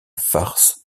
farce